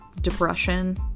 depression